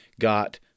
got